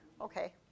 Okay